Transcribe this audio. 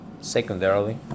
secondarily